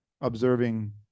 observing